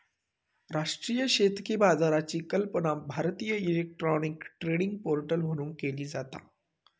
राष्ट्रीय शेतकी बाजाराची कल्पना भारतीय इलेक्ट्रॉनिक ट्रेडिंग पोर्टल म्हणून केली जाता